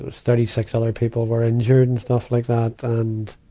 ah thirty six other people were injured and stuff like that. and,